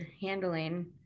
handling